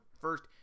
first